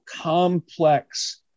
complex